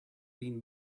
been